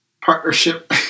partnership